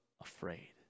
afraid